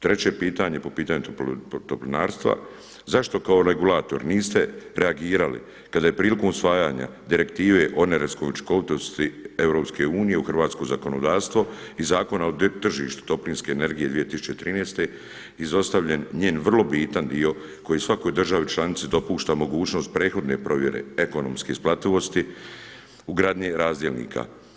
Treće pitanje po pitanju toplinarstva zašto kao regulator niste reagirali kada je prilikom usvajanja Direktive o energetskoj učinkovitosti EU u hrvatsko zakonodavstvo i Zakona o tržištu toplinske energije 2013. izostavljen njen vrlo bitan dio koji svakoj državi članici dopušta mogućnost prethodne provjere ekonomske isplativosti ugradnje razdjelnika.